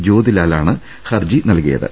ജ്യോതിലാലാണ് ഹർജി നൽകിയത്